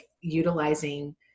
utilizing